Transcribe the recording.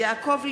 יעקב ליצמן,